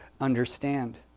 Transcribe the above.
understand